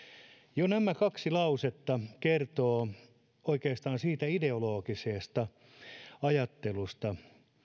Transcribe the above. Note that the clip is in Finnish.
jo nämä kaksi lausetta kertovat oikeastaan siitä ideologisesta ajattelusta